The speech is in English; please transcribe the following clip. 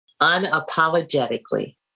unapologetically